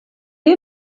you